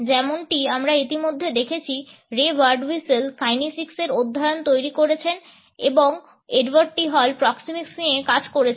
যেমনটি আমরা ইতিমধ্যে দেখেছি রে বার্ডহুইসল কাইনেসিক্সের অধ্যয়ন তৈরি করেছেন এবং Edward T Hall Edward T Hall proxemics নিয়ে কাজ করেছেন